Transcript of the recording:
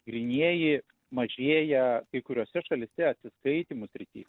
grynieji mažėja kai kuriose šalyse atsiskaitymų srity